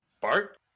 Bart